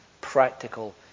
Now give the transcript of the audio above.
practical